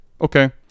Okay